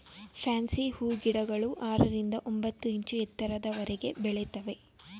fancy ಹೂಗಿಡಗಳು ಆರರಿಂದ ಒಂಬತ್ತು ಇಂಚು ಎತ್ತರದವರೆಗೆ ಬೆಳಿತವೆ